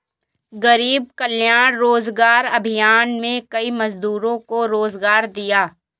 गरीब कल्याण रोजगार अभियान में कई मजदूरों को रोजगार दिया